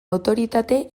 autoritate